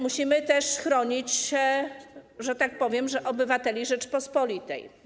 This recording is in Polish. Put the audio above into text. Musimy też chronić, że tak powiem, obywateli Rzeczypospolitej.